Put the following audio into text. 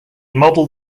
modeled